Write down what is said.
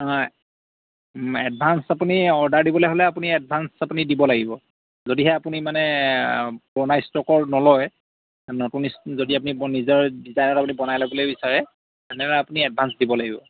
নহয় এডভান্স আপুনি অৰ্ডাৰ দিবলৈ হ'লে এডভান্স আপুনি দিব লাগিব যদিহে আপুনি মানে পুৰণা ষ্ট্ৰকৰ নলয় নতুন যদি আপুনি নিজৰ ডিজাইনত বনাই ল'বলৈ বিচাৰে তেনেহ'লে আপুনি এডভান্স দিব লাগিব